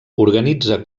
organitza